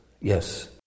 Yes